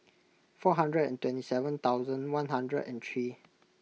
four hundred and twenty seven thousand one hundred and three